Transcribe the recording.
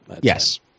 Yes